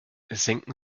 senken